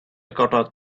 gotta